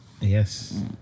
yes